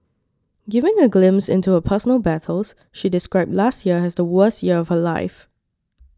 giving a glimpse into her personal battles she described last year as the worst year of her life